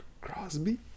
Crosby